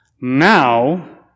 Now